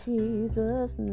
Jesus